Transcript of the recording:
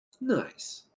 Nice